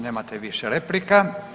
Nemate više replika.